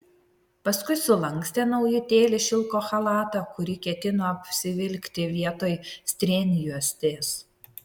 paskui sulankstė naujutėlį šilko chalatą kurį ketino apsivilkti vietoj strėnjuostės